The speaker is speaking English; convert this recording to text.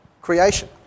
creation